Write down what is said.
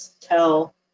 tell